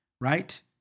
right